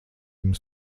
jums